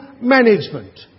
management